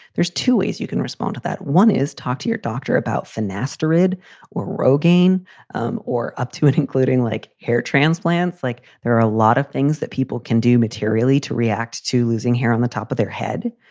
there's two ways you can respond to that. one is talk to your doctor about four nasty red or rogaine um or up to it, including like hair transplants. like there are a lot of things that people can do materially to react to losing hair on the top of their head.